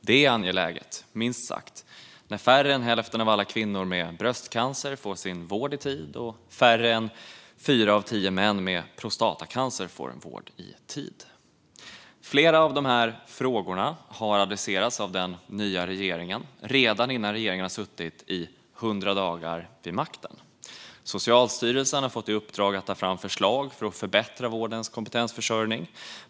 Det är angeläget, minst sagt, när färre än hälften av alla kvinnor med bröstcancer och färre än fyra av tio män med prostatacancer får vård i tid. Flera av dessa frågor har adresserats av den nya regeringen redan innan regeringen suttit vid makten i 100 dagar. Socialstyrelsen har fått i uppdrag att ta fram förslag för att förbättra vårdens kompetensförsörjning.